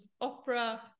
opera